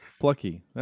Plucky